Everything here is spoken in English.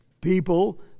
people